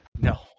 No